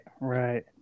right